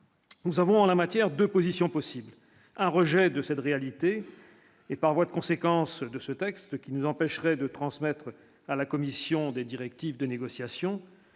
Nous avons en la matière, 2 positions possibles, un rejet de cette réalité et par voie de conséquence de ce texte qui nous empêcherait de transmettre à la commission des directives de négociation,